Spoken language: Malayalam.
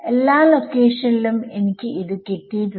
എല്ലാ നോഡ് ലൊക്കേഷനിലും എനിക്ക് ഇത് കിട്ടിയിട്ടുണ്ട്